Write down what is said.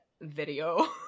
video